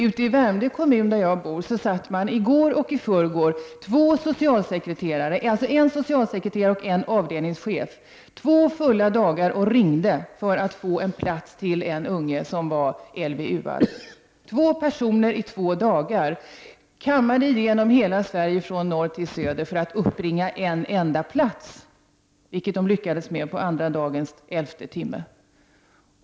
Ute i Värmdö kommun, där jag bor, satt två personer, en socialsekreterare och en avdelningschef, hela dagarna i går och i förrgår och ringde för att ordna en plats till en unge som var s.k. LVU-are. Två personer satt under två hela dagar och kammade igenom hela Sverige från norr till söder för att uppbringa en enda plats, vilket de lyckades med under den andra dagens elfte timme.